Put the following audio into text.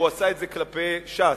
והוא עשה את זה כלפי ש"ס,